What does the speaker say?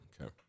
Okay